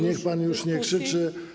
Niech pan już nie krzyczy.